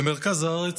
במרכז הארץ,